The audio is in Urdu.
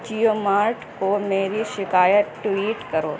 جیو مارٹ کو میری شکایت ٹویٹ کرو